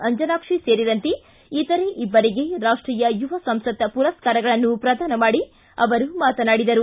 ಅಂಜನಾಕ್ಷಿ ಸೇರಿದಂತೆ ಇತರೆ ಇಬ್ಬರಿಗೆ ರಾಷ್ಟೀಯ ಯುವ ಸಂಸತ್ ಪುರಸ್ಕಾರಗಳನ್ನು ಪ್ರದಾನ ಮಾಡಿ ಅವರು ಮಾತನಾಡಿದರು